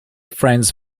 friends